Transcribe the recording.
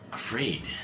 afraid